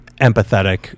empathetic